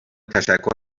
تشکر